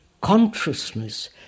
consciousness